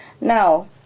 Now